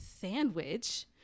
sandwich